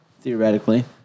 theoretically